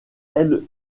elle